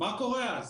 מה קורה אז?